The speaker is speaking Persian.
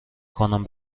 کنم